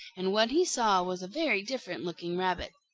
and what he saw was a very different looking rabbit.